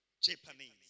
Japanese